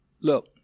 look